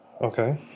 Okay